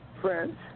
French